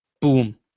boom